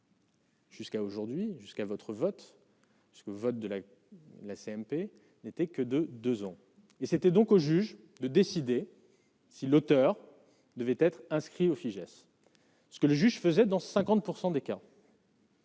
Jusqu'à aujourd'hui, jusqu'à votre vote ce que votre de la la CMP n'était que de 2 ans et c'était donc au juge de décider. Si l'auteur devait être inscrit au Fijais ce que le juge faisait dans 50 % des cas.